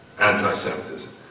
anti-Semitism